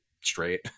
straight